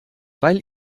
weil